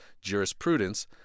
jurisprudence